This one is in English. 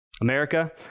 America